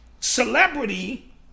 celebrity